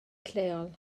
lleol